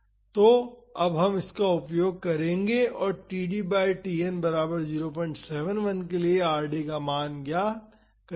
तो अब हम इसका उपयोग करेंगे और td बाई Tn बराबर 071 के लिए Rd का मान पता करेंगे